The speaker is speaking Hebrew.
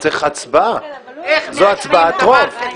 צריך הצבעה, זו הצבעת רוב.